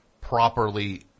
properly